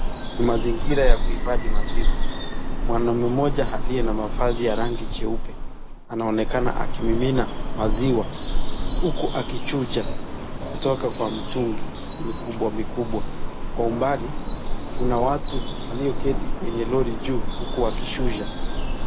Mazingira ya kuifadhi maziwa. Mwanaume moja aliye na mavazi ya rangi jeupe anaonekana akimimina maziwa, huku akichuja kutoka kwa mtungi mikubwa mikubwa. Kwa umbali kuna watu walio keti kwenye lori juu huku wakishusha.